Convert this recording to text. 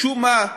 משום מה,